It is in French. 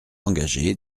engagé